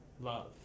love